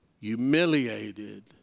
humiliated